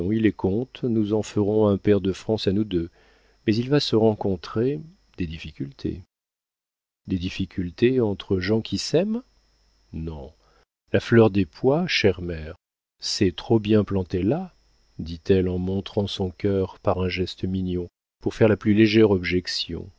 est comte nous en ferons un pair de france à nous deux mais il va se rencontrer des difficultés des difficultés entre gens qui s'aiment non la fleur des pois chère mère s'est trop bien plantée là dit-elle en montrant son cœur par un geste mignon pour faire la plus légère objection